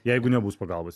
jeigu nebus pagalbos